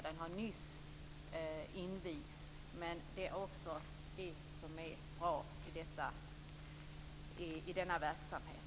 Den har nyss invigts. Denna verksamhet är också bra.